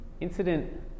incident